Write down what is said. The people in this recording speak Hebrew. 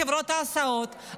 חברות ההסעות,